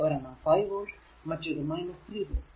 ഒരെണ്ണം 5 വോൾട് മറ്റേതു 3 വോൾട്